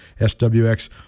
SWX